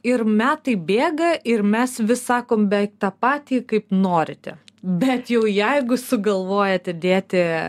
ir metai bėga ir mes vis sakom beveik tą patį kaip norite bet jau jeigu sugalvojote dėti